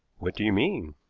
what do you mean?